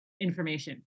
information